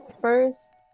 first